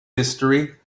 history